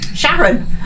Sharon